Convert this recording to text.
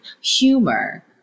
humor